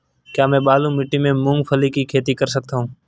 क्या मैं बालू मिट्टी में मूंगफली की खेती कर सकता हूँ?